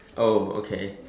oh okay